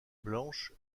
blanches